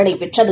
நடைபெற்றது